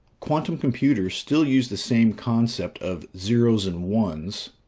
quantum computers still use the same concept of zeros and ones,